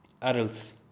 adults